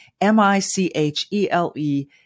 m-i-c-h-e-l-e